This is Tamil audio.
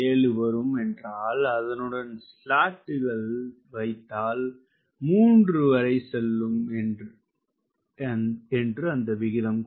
7 வரும் என்றால் அதனுடன் ஸ்லேட்கள் வைத்தால் 3 வரை செல்லும் அந்த விகிதம்